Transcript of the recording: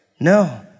No